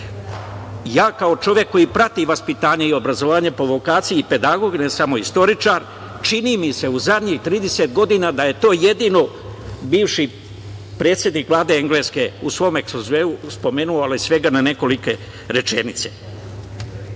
Ja kao čovek koji prati vaspitanje i obrazovanje, po vokaciji i pedagog, ne samo istoričar, čini mi se u zadnjih 30 godina da je to jedino bivši predsednik Vlade Engleske u svom ekspozeu spomenuo, ali svega na nekolika rečenica. Dakle,